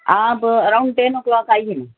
آپ around ten o'clock آئیے نا